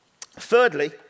Thirdly